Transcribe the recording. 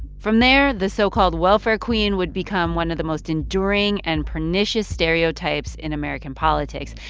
from there, the so-called welfare queen would become one of the most enduring and pernicious stereotypes in american politics.